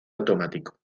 automático